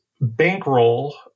bankroll